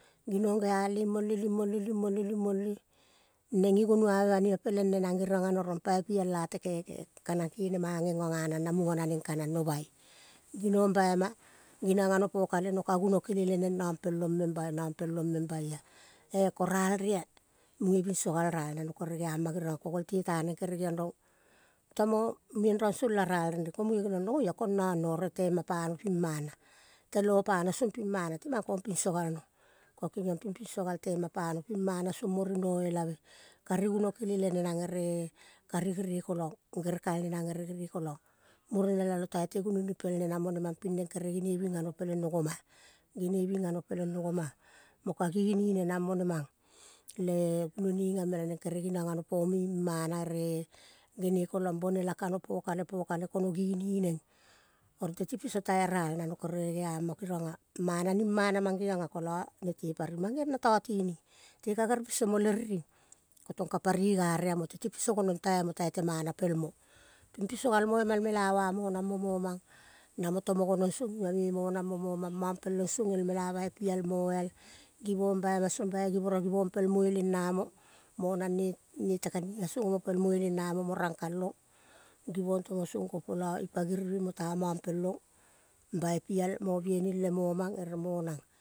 Ginong gea al li mole, li mole, li mole, li mole. Neng ngi gonuave banima peleng nenang geriong ano rong pai pial ate kekei a kanang kenema ngenga nganang na munga naneng kanang no bai. Ginong baima. Geniong ano po kale no ka gunokele leneng nampelong meng bai, nampelong meng baia. E-ko ralrea. Munge binso gal ral nano kere geama geriong ko golte taneng kere geong rong tomo mendrong song la ral renre ko munge geniong rong oia tema pano pimana. Te lo pano song pimana. Timang kong piso galno. Ko kengming ping pinso gal tema pano pimana song mo rinoelave. Kari gunokele le nenang ere kari gerekolang gerekal nenang ere gerekolang. Mure nelalo tai te gunoni pel nenang mo nemang ping neng kere geneing ano peleng no goma, geneving ano peleng no goma mo kagi gi gini nenang mo nemang le gunoni ingame naneng kere geniong ano pome imana ere genekolang bonela kano po kale, po kale kono neng. Oro teti piso tae ral nano kere geama gerionga mana ring mana mang geonga kola nete pari. Mang geong na tatining te ka gere piso mo le riring. Kotong ka pari igare amo. Teti piso gonong taimo, taite mana pelmo, ping piso galmo ma el mela va monang mo momang namo tomo gonong song ima me monang mo momang. Mampelung song el mela bai pial moial. Givong baima song bai givora givong pel mueleng namo. Monang ne nete kaniga song omo pel mueleng namo. Mo rang kalong givong tomo song gopola ipa giriving mo mampel ong bai pial mo bieni le momang ere monang.